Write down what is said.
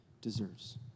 deserves